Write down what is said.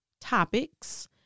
topics